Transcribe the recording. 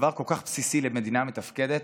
דבר כל כך בסיסי למדינה מתפקדת,